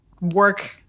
work